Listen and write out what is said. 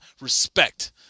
respect